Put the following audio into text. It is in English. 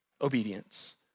obedience